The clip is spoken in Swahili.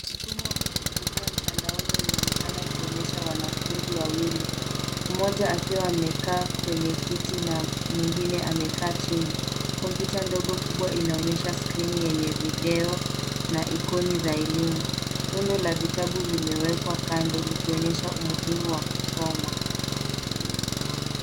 Mfumo wa kujifunzia mtandaoni unaonekana ukionyesha wanafunzi wawili, mmoja akiwa amekaa kwenye kiti na mwengine amekaa chini, kompyuta ndogo kubwa inaonyesha skrini yenye video na ikoni za elimu. Rundo la vitabu limewekwa kando likionyesha umuhimu wa kusoma.